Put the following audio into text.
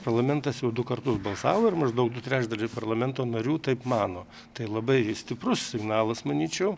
parlamentas jau du kartus balsavo ir maždaug du trečdaliai parlamento narių taip mano tai labai stiprus signalas manyčiau